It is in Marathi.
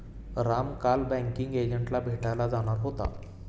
राम काल बँकिंग एजंटला भेटायला जाणार होता